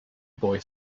boy